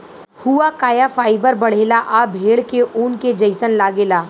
हुआकाया फाइबर बढ़ेला आ भेड़ के ऊन के जइसन लागेला